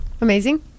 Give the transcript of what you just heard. Amazing